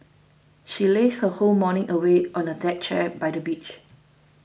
she lazed her whole morning away on a deck chair by the beach